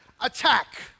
attack